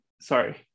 Sorry